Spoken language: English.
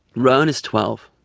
rowan is twelve,